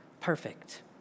perfect